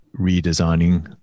redesigning